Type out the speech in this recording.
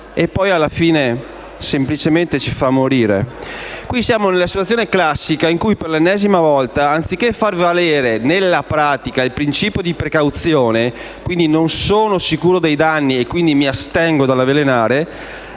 e, alla fine, semplicemente ci fa morire. Siamo nella situazione classica in cui, per l'ennesima volta, anziché far valere nella pratica il principio di precauzione (non sono sicuro dei danni, quindi mi astengo dall'avvelenare),